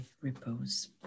repose